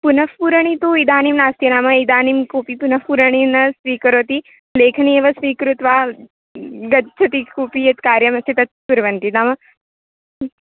पुनःपूरणी तु इदानीं नास्ति नाम इदानीं कोऽपि तु पुनः पूरणीं न स्वीकरोति लेखनी एव स्वीकृत्वा गच्छति कोऽपि यत् कार्यमस्ति तत् कुर्वन्ति नाम